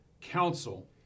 counsel